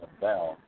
down